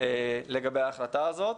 לגבי ההחלטה הזו.